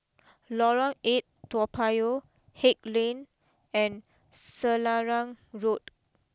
Lorong eight Toa Payoh Haig Lane and Selarang Road